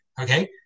Okay